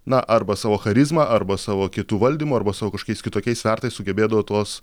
na arba savo charizma arba savo kietu valdymu arba savo kažkokiais kitokiais svertais sugebėdavo tuos